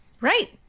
Right